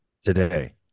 today